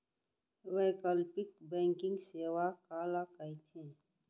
वैकल्पिक बैंकिंग सेवा काला कहिथे?